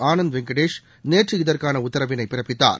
ஆனந்த் வெங்கடேஷ் நேற்று இதற்கான உத்தரவினை பிறப்பித்தார்